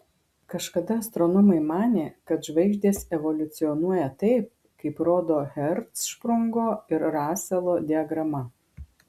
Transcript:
kažkada astronomai manė kad žvaigždės evoliucionuoja taip kaip rodo hercšprungo ir raselo diagrama